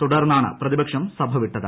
തുടർന്നാണ് പ്രതിപക്ഷം സഭ വിട്ടത്